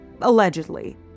Allegedly